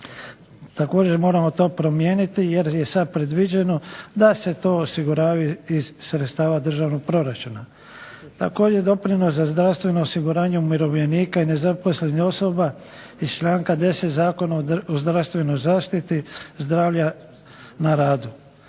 Također moramo to promijeniti, jer je sad predviđeno da se to osigurava iz sredstava državnog proračuna. Također doprinos za zdravstveno osiguranje umirovljenika i nezaposlenih osoba iz članka 10. Zakona o zdravstvenoj zaštiti zdravlja na radu.